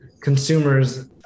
consumers